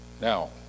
Now